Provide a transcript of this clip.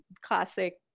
classic